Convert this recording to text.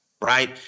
Right